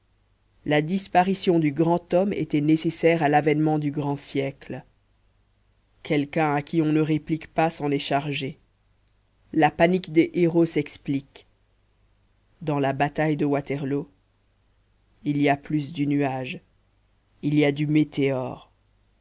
la disparition du grand homme était nécessaire à l'avènement du grand siècle quelqu'un à qui on ne réplique pas s'en est chargé la panique des héros s'explique dans la bataille de waterloo il y a plus du nuage il y a du météore